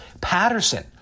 Patterson